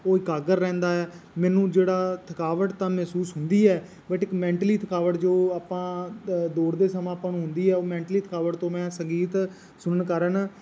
ਉਹ ਇਕਾਗਰ ਰਹਿੰਦਾ ਹੈ ਮੈਨੂੰ ਜਿਹੜਾ ਥਕਾਵਟ ਤਾਂ ਮਹਿਸੂਸ ਹੁੰਦੀ ਹੈ ਬਟ ਇੱਕ ਮੈਂਟਲੀ ਥਕਾਵਟ ਜੋ ਆਪਾਂ ਦੌੜਦੇ ਸਮੇਂ ਆਪਾਂ ਨੂੰ ਹੁੰਦੀ ਹੈ ਉਹ ਮੈਂਟਲੀ ਥਕਾਵਟ ਤੋਂ ਮੈਂ ਸੰਗੀਤ ਸੁਣਨ ਕਾਰਨ